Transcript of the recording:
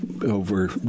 over